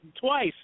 twice